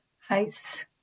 house